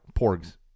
Porgs